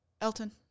Elton